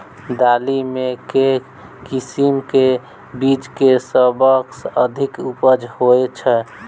दालि मे केँ किसिम केँ बीज केँ सबसँ अधिक उपज होए छै?